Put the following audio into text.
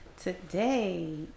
today